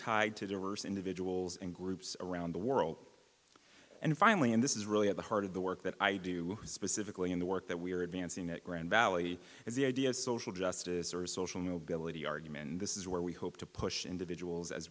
tied to immerse individuals and groups around the world and finally and this is really at the heart of the work that i do specifically in the work that we are advancing at grand valley and the idea of social justice or social mobility argument and this is where we hope to push individuals as